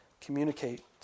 communicate